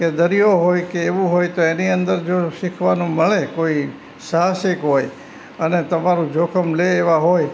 કે દરિયો હોય કે એવું હોય તો એની અંદર જો શીખવાનું મળે કોઈ સાહસિક હોય અને તમારું જોખમ લે એવા હોય